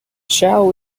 shall